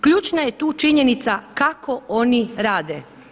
Ključna je tu činjenica kako oni rade.